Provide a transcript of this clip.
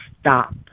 stop